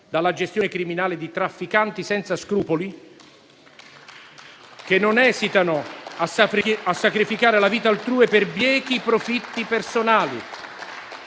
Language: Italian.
dalla gestione criminale di trafficanti senza scrupoli che non esitano a sacrificare la vita altrui per biechi profitti personali,